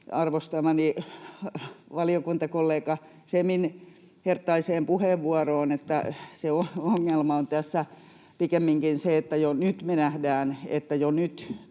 arvostamani valiokuntakollega Semin herttaiseen puheenvuoroon, että se ongelma on tässä pikemminkin se, että jo nyt me nähdään, että jo nyt